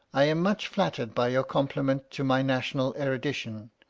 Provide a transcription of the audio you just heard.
i am much flattered by your compliment to my national erudition,